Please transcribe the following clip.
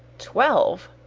twelve!